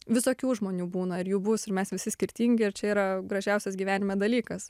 visokių žmonių būna ir jų bus ir mes visi skirtingi ir čia yra gražiausias gyvenime dalykas